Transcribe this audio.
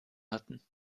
hatten